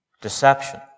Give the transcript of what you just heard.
Deception